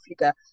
Africa